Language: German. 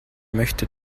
möchte